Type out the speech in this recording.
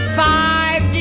five